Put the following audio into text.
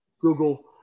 Google